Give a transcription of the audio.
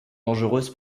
dangereuses